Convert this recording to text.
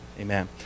Amen